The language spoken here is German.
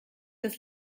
das